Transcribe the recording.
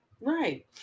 right